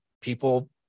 people